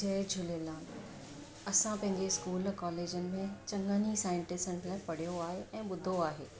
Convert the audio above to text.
जय झूलेलाल असां पंहिंजे स्कूल कॉलेजनि में चङनि ई सांइटिस्टनि खे पढ़ियो आहे ऐं ॿुधो आहे